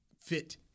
fit